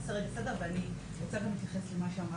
אני אעשה רגע סדר ואני רוצה גם למה שאמרה